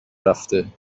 رفته